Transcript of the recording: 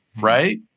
right